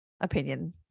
opinion